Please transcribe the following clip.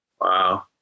Wow